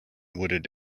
wooded